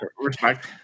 Respect